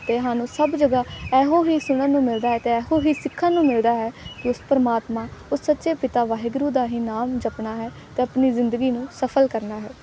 ਅਤੇ ਸਾਨੂੰ ਸਭ ਜਗ੍ਹਾ ਇਹੋ ਹੀ ਸੁਣਨ ਨੂੰ ਮਿਲਦਾ ਹੈ ਅਤੇ ਇਹੋ ਹੀ ਸਿੱਖਣ ਨੂੰ ਮਿਲਦਾ ਹੈ ਕਿ ਉਸ ਪਰਮਾਤਮਾ ਉਹ ਸੱਚੇ ਪਿਤਾ ਵਾਹਿਗੁਰੂ ਦਾ ਹੀ ਨਾਮ ਜਪਣਾ ਹੈ ਅਤੇ ਆਪਣੀ ਜ਼ਿੰਦਗੀ ਨੂੰ ਸਫਲ ਕਰਨਾ ਹੈ